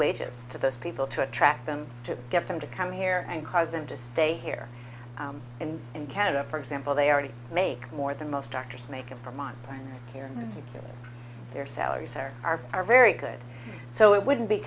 wages to those people to attract them to get them to come here and cause him to stay here and in canada for example they already make more than most doctors make of them on here to get their salaries are are are very good so it wouldn't be